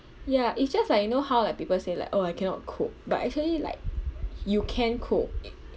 ya it's just like you know how like people say like oh I cannot cook but actually like you can cook